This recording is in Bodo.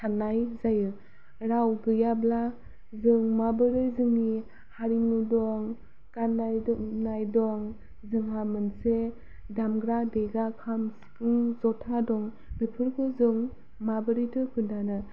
साननाय जायो राव गैयाब्ला जों माबोरै जोंनि हारिमु दं गाननाय जोमनाय दं जोंहा मोनसे दामग्रा देग्रा खाम सिफुं जथा दं बेफोरखौ जों माबोरैथो खोन्थानो